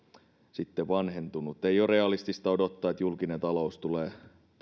sitten vanhentunut ei ole realistista odottaa että julkinen talous tulee